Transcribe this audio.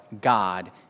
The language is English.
God